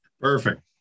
Perfect